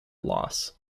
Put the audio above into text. loss